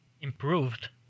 Improved